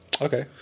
Okay